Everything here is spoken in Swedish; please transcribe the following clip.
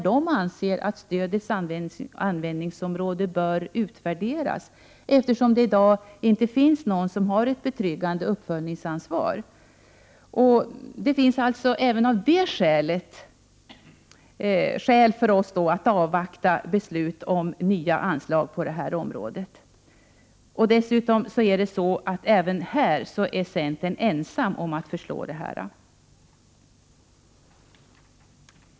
De anser att stödets användningsområde bör utvärderas, eftersom det i dag inte finns någon som har ett betryggande uppföljningsansvar. Det finns alltså även av det skälet anledning för oss att avvakta beslut om nya anslag på detta område. Dessutom är centern även här ensamma om att föreslå detta.